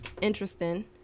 interesting